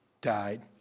died